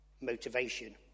motivation